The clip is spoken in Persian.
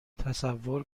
تصور